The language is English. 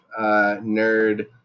nerd